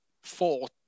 fought